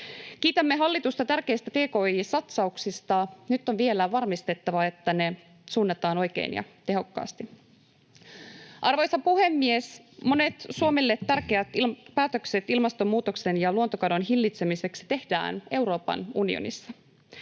Kiitämme hallitusta tärkeistä tki-satsauksista. Nyt on vielä varmistettava, että ne suunnataan oikein ja tehokkaasti. Arvoisa puhemies! Monet Suomelle tärkeät päätökset ilmastonmuutoksen ja luontokadon hillitsemiseksi tehdään Euroopan unionissa.